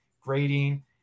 grading